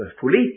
fully